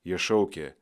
jie šaukė